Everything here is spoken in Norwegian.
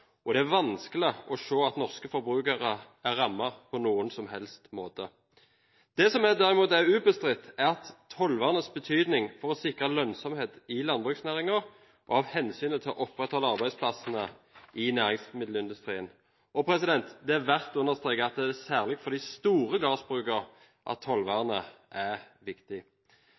og det er vanskelig å se at norske forbrukere er rammet på noen som helst måte. Det som derimot er ubestridt, er tollvernets betydning for å sikre lønnsomhet i landbruksnæringen og for hensynet til å opprettholde arbeidsplassene i næringsmiddelindustrien. Det er verdt å understreke at det er særlig for de store gårdsbrukene at tollvernet er viktig.